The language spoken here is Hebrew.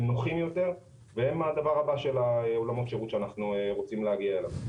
הם נוחים יותר והם הדבר הבא של השירות שאנחנו רוצים להגיע אליו.